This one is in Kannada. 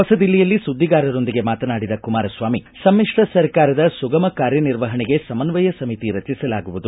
ಹೊಸ ದಿಲ್ಲಿಯಲ್ಲಿ ಸುದ್ದಿಗಾರರೊಂದಿಗೆ ಮಾತನಾಡಿದ ಕುಮಾರಸ್ವಾಮಿ ಸಮಿತ್ರ ಸರ್ಕಾರದ ಸುಗಮ ಕಾರ್ಯ ನಿರ್ವಹಣೆಗೆ ಸಮಸ್ವಯ ಸಮಿತಿ ರಚಿಸಲಾಗುವುದು